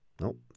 Nope